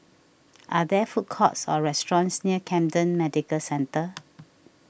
are there food courts or restaurants near Camden Medical Centre